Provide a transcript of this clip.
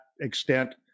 extent